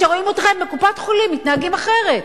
כשרואים אתכם בקופת-חולים מתנהגים אחרת.